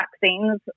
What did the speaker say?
vaccines